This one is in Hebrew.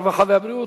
הרווחה והבריאות,